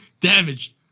Damaged